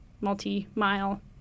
multi-mile